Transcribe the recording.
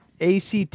ACT